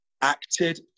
acted